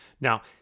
Now